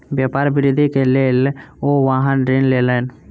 व्यापार वृद्धि के लेल ओ वाहन ऋण लेलैन